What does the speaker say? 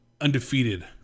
undefeated